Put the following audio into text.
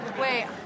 Wait